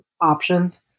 Options